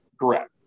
Correct